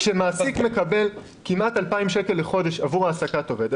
כשמעסיק מקבל כמעט 2,000 שקלים לחודש עבור העסקת עובד,